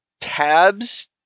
tabs